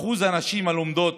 אחוז הנשים הלומדות